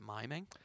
miming